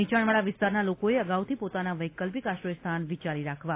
નિચાણવાળા વિસ્તારના લોકોએ અગાઉથી પોતાના વૈકલ્પિક આશ્રયસ્થાન વિચારી રાખવા